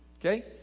Okay